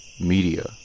Media